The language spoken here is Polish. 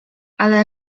ale